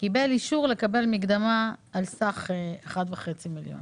קיבל אישור לקבל מקדמה על סך 1.5 מיליון.